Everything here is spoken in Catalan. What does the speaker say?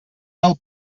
del